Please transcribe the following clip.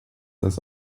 das